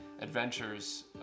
adventures